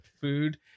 food